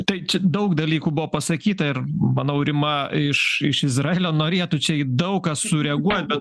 tai čia daug dalykų buvo pasakyta ir manau rima iš iš izraelio norėtų čia į daug kas sureaguot bet